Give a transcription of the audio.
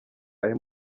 ari